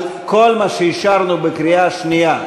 כל מה שאישרנו בקריאה שנייה,